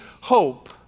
hope